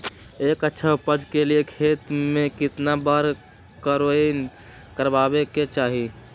एक अच्छा उपज के लिए खेत के केतना बार कओराई करबआबे के चाहि?